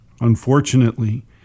Unfortunately